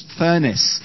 furnace